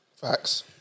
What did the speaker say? Facts